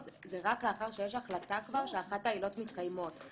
היא רק לאחר שיש החלטה כבר שאחת העילות מתקיימת.